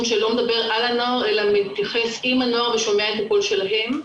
שלא מדבר על הנוער אלא מתייחס עם הנוער ושומע את הקול שלהם.